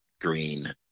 green